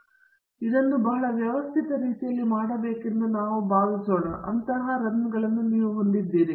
ಆದ್ದರಿಂದ ನೀವು ಇದನ್ನು ಬಹಳ ವ್ಯವಸ್ಥಿತ ರೀತಿಯಲ್ಲಿ ಮಾಡಬೇಕೆಂದು ನಾವು ಭಾವಿಸೋಣ ಮತ್ತು ಅಂತಹ ರನ್ಗಳನ್ನು ನೀವು ಹೊಂದಿದ್ದೀರಿ